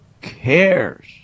cares